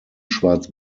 schwarz